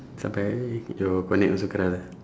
sampai your konek also keras ah